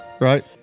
Right